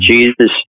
Jesus